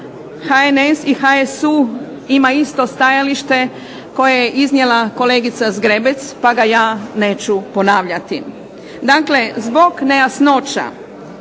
HNS i HSU ima isto stajalište koje je iznijela kolegica Zgrebec pa ga ja neću ponavljati. Dakle, zbog nejasnoća